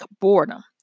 boredom